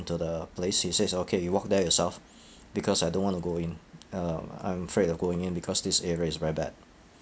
into the place he says okay you walk there yourself because I don't want to go in um I'm afraid of going in because this area is very bad